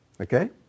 Okay